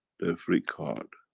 the free card.